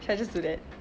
should I just do that